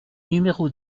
numéro